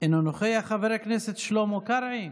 אינו נוכח, חבר הכנסת שלמה קרעי,